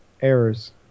errors